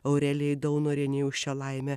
aurelijai daunorienei už šią laimę